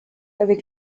avec